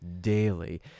daily